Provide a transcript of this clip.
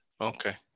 Okay